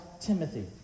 Timothy